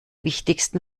wichtigsten